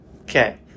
Okay